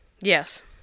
Yes